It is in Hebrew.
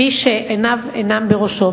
מי שעיניו בראשו,